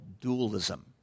dualism